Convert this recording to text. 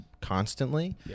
constantly